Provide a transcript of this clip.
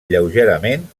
lleugerament